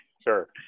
sure